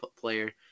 player